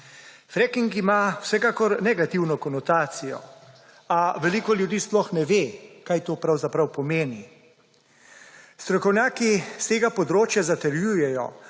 Fracking ima vsekakor negativno konotacijo, a veliko ljudi sploh ne ve, kaj to pravzaprav pomeni. Strokovnjaki s tega področja zatrjujejo,